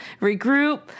regroup